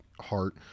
heart